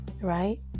right